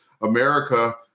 America